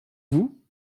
vous